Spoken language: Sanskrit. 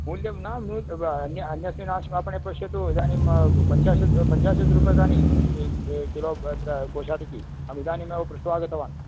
मूल्यं न न्यू अन्य अन्यस्मिन् आपणे पश्यतु इदानीं पञ्चाशत् पञ्चाशत् रूप्यकाणि किलो कोषातकी अत्र अहम् इदानीं एव पृष्ट्वा आगतवान्